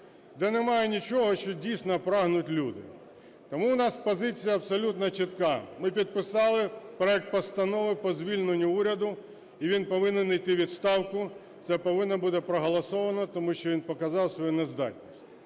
де немає нічого, що дійсно прагнуть люди. Тому у нас позиція абсолютно чітка: ми підписали проект постанови по звільненню уряду, і він повинен іти у відставку. Це повинно бути проголосовано, тому що він показав свою нездатність.